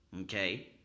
okay